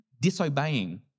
disobeying